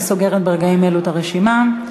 אני סוגרת ברגעים אלו את הרשימה.